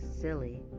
silly